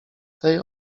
tej